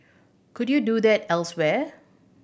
could you do that elsewhere